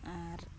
ᱟᱨ